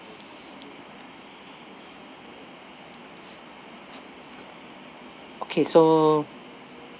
okay so